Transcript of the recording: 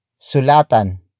Sulatan